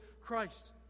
Christ